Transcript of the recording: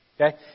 Okay